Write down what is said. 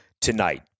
tonight